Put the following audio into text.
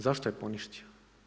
Zašto je poništio?